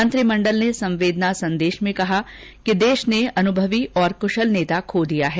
मंत्रिमंडल ने संवेदना संदेश में कहा कि देश ने अनुभवी और कुशल नेता खो दिया है